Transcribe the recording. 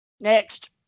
next